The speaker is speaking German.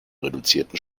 reduzierten